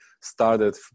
started